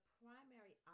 primary